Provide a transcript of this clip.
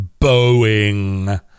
Boeing